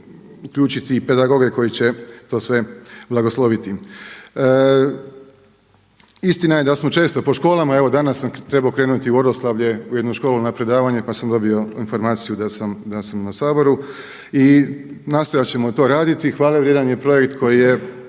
uključiti i pedagoge koji će to sve blagosloviti. Istina je da smo često po školama. Evo danas sam trebao krenuti u Oroslavlje u jednu školu na predavanje, pa sam dobio informaciju da sam na Saboru. I nastojat ćemo to raditi. Hvale vrijedan je projekt kojeg je